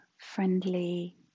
friendly